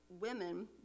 women